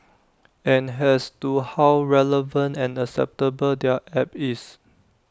and has to how relevant and acceptable their app is